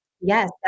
Yes